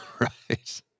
right